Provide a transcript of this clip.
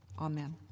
Amen